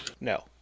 No